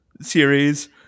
series